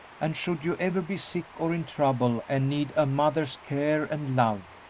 and should you ever be sick or in trouble and need a mother's care and love,